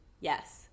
Yes